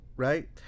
Right